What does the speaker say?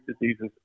diseases